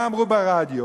מה אמרו ברדיו,